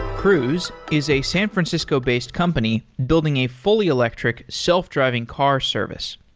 cruise is a san francisco based company building a fully electric, self-driving car service.